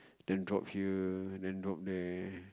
then drop here then drop there